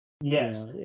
Yes